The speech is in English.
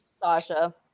Sasha